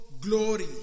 glory